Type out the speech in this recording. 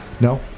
No